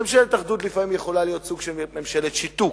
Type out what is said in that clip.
שממשלת אחדות לפעמים יכולה להיות סוג של ממשלת שיתוק.